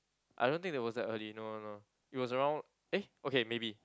I don't think that was that early no no no it was around eh okay maybe